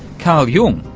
carl jung,